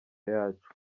yacu